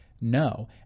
no